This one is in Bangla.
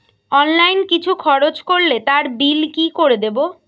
অনলাইন কিছু খরচ করলে তার বিল কি করে দেবো?